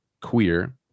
queer